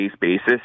basis